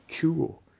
cool